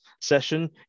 session